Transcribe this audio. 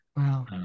Wow